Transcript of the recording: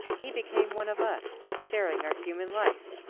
he became one of us, sharing our human life.